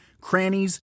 crannies